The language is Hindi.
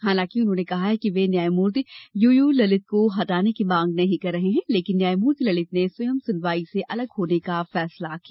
हालांकि उन्होंने कहा कि वे न्यायमूर्ति यू यू ललित को हटाने की मांग नहीं कर रहे हैं लेकिन न्यायमूर्ति ललित ने स्वयं सुनवाई से अलग होने का फैसला किया